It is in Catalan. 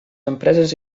empreses